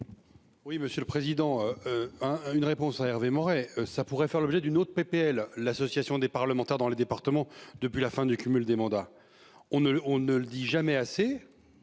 Oui, monsieur le président. Hein. Une réponse. Hervé Maurey, ça pourrait faire l'objet d'une autre PPL, l'association des parlementaires, dans les départements depuis la fin du cumul des mandats. On ne, on ne le dit jamais assez.